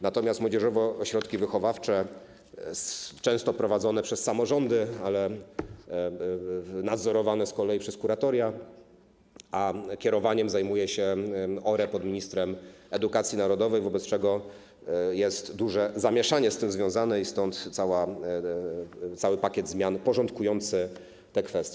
Natomiast młodzieżowe ośrodki wychowawcze często są prowadzone przez samorządy, ale nadzorowane z kolei przez kuratoria, a kierowaniem zajmuje się ORE prowadzony przez ministra edukacji narodowej, wobec czego jest duże zamieszanie z tym związane i stąd cały pakiet zmian porządkujący te kwestie.